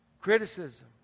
Criticism